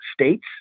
states